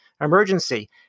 emergency